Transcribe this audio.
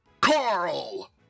Carl